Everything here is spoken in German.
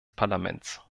parlaments